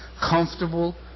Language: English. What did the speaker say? comfortable